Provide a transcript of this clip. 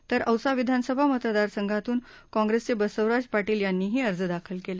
तर औसा विधानसभा मतदारसंघातून काँप्रेसचे बसवराज पाटील यांनीही अर्ज दाखल केला